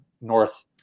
north